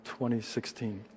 2016